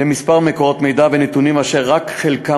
על כמה מקורות מידע ונתונים אשר רק חלקם